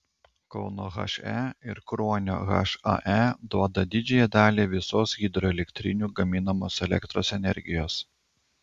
kauno he ir kruonio hae duoda didžiąją dalį visos hidroelektrinių gaminamos elektros energijos